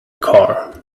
car